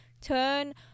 turn